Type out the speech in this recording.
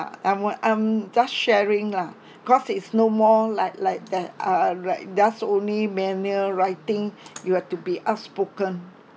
and what I'm just sharing lah cause is no more like like that uh like just only manual writing you have to be outspoken